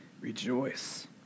Rejoice